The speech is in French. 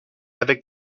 avec